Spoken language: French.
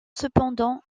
cependant